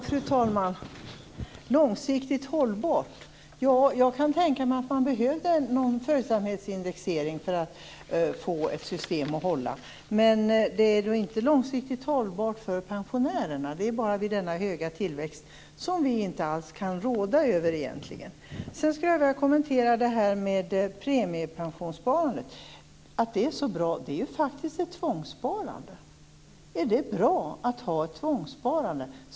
Fru talman! Långsiktigt hållbart! Jag kan tänka mig att man behöver en följsamhetsindexering för att få ett system att hålla. Det är inte långsiktigt hållbart för pensionärerna. Det är bara vid denna höga tillväxt - som vi egentligen inte kan råda över. Jag vill kommentera premiepensionssparandet. Det är faktiskt ett tvångssparande. Är det bra att ha ett tvångssparande?